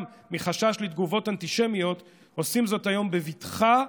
מחשש לתגובות אנטישמיות עושים זאת היום בבטחה,